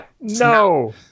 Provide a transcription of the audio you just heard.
No